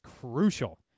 crucial